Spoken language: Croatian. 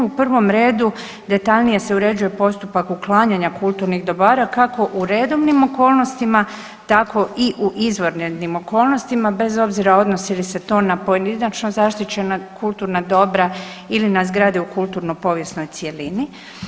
U prvom redu detaljnije se uređuje postupak uklanjanja kulturnih dobara, kako u redovnim okolnostima tako i u izvanrednim okolnostima bez obzira odnosi li se to na pojedinačno zaštićena kulturna dobra ili na zgrade u kulturno povijesnoj cjelini.